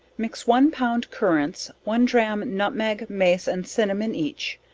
mix one pound currants, one drachm nutmeg, mace and cinnamon each,